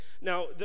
Now